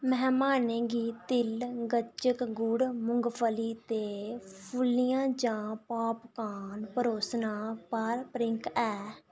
मेहमानें गी तिल गच्चक गुड़ मुंगफली ते फुलियां जां पापकार्न परोसना पारंपरिक ऐ